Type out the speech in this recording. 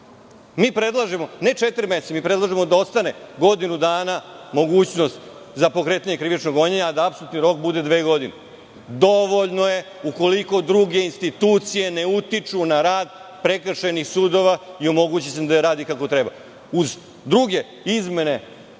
Mi predlažemo ne četiri meseca, mi predlažemo da ostane godinu dana za mogućnost za pokretanje krivičnog gonjenja, a da apsolutni rok bude dve godine. Dovoljno je, ukoliko druge institucije ne utiču na rad prekršajnih sudova i omogući se da radi kako treba, uz druge izmene,